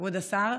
כבוד השר,